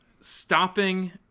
stopping